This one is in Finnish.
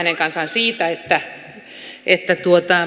siitä että